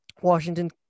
washington